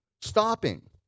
stopping